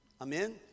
Amen